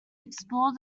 explore